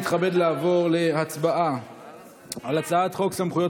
אני מתכבד לעבור להצבעה על הצעת חוק סמכויות